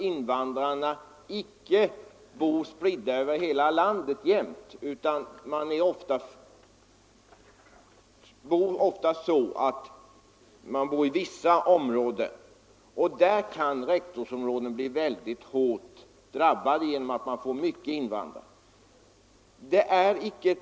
Invandrarna bor inte spridda över hela landet utan i vissa områden, och där kan rektorsområdena bli hårt drabbade genom att de får många invandrare.